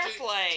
airplane